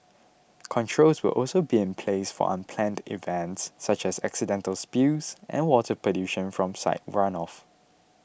controls will also be in place for unplanned events such as accidental spills and water pollution from site runoff